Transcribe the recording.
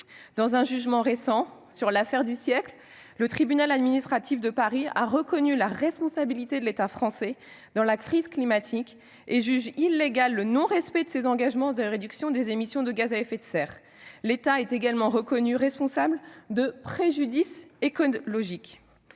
dans un jugement récent sur ce qui a été nommé « l'affaire du siècle », le tribunal administratif de Paris a reconnu la responsabilité de l'État français dans la crise climatique et jugé illégal le non-respect de ses engagements de réduction des émissions de gaz à effet de serre. L'État a également été reconnu responsable de « préjudice écologique